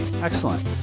excellent